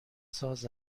ساز